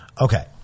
Okay